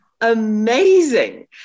amazing